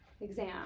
exam